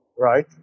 Right